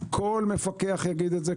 כל מפקח יגיד את זה,